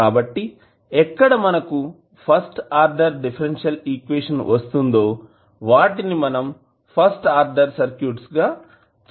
కాబట్టి ఎక్కడ మనకు ఫస్ట్ ఆర్డర్ డిఫరెన్షియల్ ఈక్వేషన్ వస్తుందో వాటిని మనం ఫస్ట్ ఆర్డర్ సర్క్యూట్స్ గా చెప్పవచ్చు